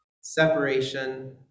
separation